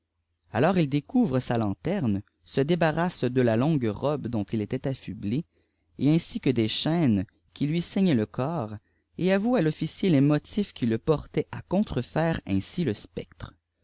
alors il découvre sa lanterne se débarrasse de la longue robe dont il était affublé aipsi gue des chaînes qui lui ceignaient le corps et avoue à l'officier ïe ïliotîfs qui le portaienï à contrefaire ainsi le spectre